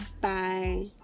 bye